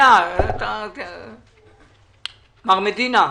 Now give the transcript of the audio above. מר מדינה,